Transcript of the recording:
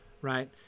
right